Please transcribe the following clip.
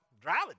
driving